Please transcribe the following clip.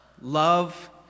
love